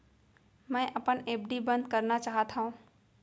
मै अपन एफ.डी बंद करना चाहात हव